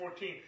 14